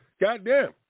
Goddamn